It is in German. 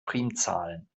primzahlen